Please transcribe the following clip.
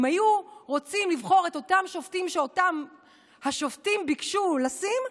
אם היו רוצים לבחור את אותם שופטים שאותם השופטים ביקשו לשים,